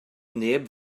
neb